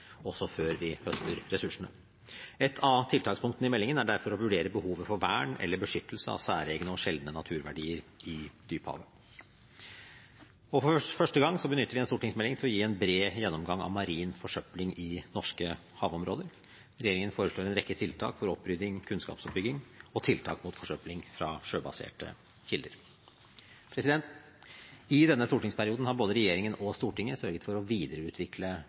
også, før vi høster ressursene. Et av tiltakspunktene i meldingen er derfor å vurdere behovet for vern eller beskyttelse av særegne og sjeldne naturverdier i dyphavet. For første gang benytter vi en stortingsmelding til å gi en bred gjennomgang av marin forsøpling i norske havområder. Regjeringen foreslår en rekke tiltak for opprydding, kunnskapsoppbygging og tiltak mot forsøpling fra sjøbaserte kilder. I denne stortingsperioden har både regjeringen og Stortinget sørget for å videreutvikle